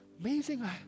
amazing